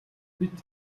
бид